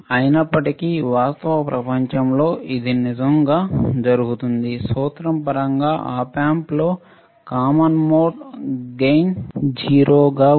అయినప్పటికీ వాస్తవ ప్రపంచంలో ఇది నిజంగా జరుగుతుంది సూత్రం పరంగా ఆప్ ఆంప్లో కామన్ మోడ్ గెయిన్ 0 ఉంది